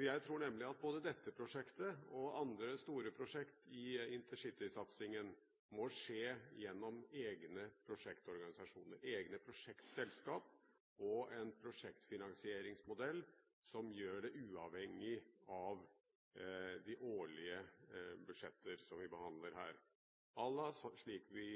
Jeg tror nemlig at både dette prosjektet og andre store prosjekter i intercitysatsingen må skje gjennom egne prosjektorganisasjoner, egne prosjektselskaper, og en prosjektfinansieringsmodell som gjør det uavhengig av de årlige budsjetter som vi behandler her – slik vi